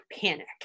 panic